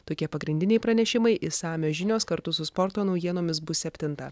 tokie pagrindiniai pranešimai išsamios žinios kartu su sporto naujienomis bus septintą